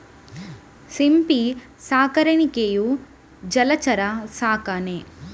ಸಿಂಪಿ ಸಾಕಾಣಿಕೆಯು ಜಲಚರ ಸಾಕಣೆ